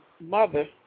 Mother